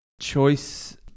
Choice